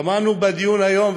שמענו בדיון היום,